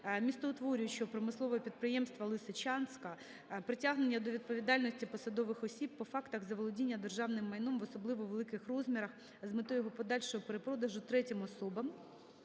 містоутворюючого промислового підприємства Лисичанська, притягнення до відповідальності посадових осіб по фактах заволодіння державним майном в особливо великих розмірах з метою його подальшого перепродажу третім особам,